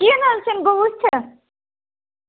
کیٚنٛہہ نہَ حظ چھُنہٕ بہٕ وُچھٕ